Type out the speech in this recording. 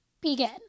begin